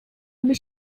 aby